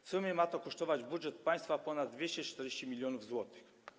W sumie ma to kosztować budżet państwa ponad 240 mln zł.